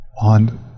on